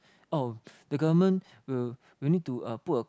oh the government will will need to uh put a